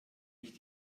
ich